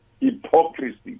hypocrisy